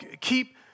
keep